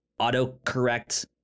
autocorrect